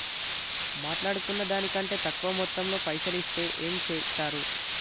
మాట్లాడుకున్న దాని కంటే తక్కువ మొత్తంలో పైసలు ఇస్తే ఏం చేత్తరు?